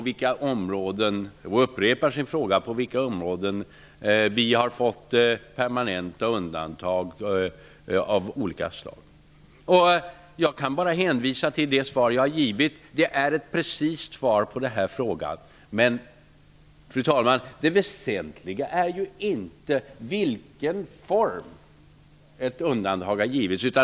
Gudrun Schyman upprepar sin fråga om på vilka områden Sverige har fått permanenta undantag av olika slag. Jag kan bara hänvisa till det svar jag redan givit, som är ett precist svar på frågan. Fru talman! Det väsentliga är ju inte i vilken form ett undantag har givits.